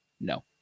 no